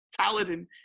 paladin